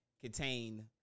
contain